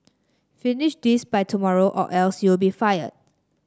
finish this by tomorrow or else you'll be fired